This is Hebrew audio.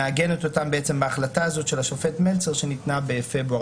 היא מעגנת אותם בהחלטה הזאת של השופט מלצר שניתנה בפברואר